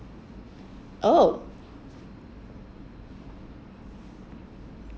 oh